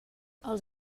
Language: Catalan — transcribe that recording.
els